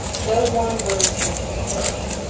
no one bird seemed to be first.